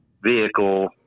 vehicle